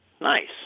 Nice